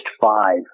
five